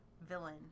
villain